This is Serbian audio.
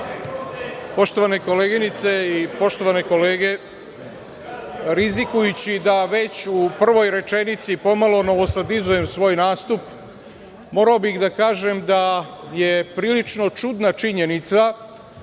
Poštovane koleginice i poštovane kolege, rizikujući da već u prvoj rečenici pomalo novosadizujem svoj nastup, morao bih da kažem da je prilično čudna činjenica